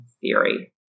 theory